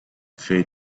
fair